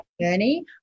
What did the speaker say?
journey